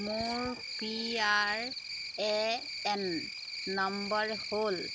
মোৰ P R A N number হ'ল